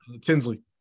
Tinsley